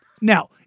Now